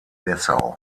dessau